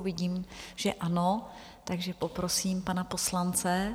Vidím, že ano, takže poprosím pana poslance.